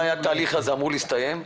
מתי התהליך הזה אמור להסתיים?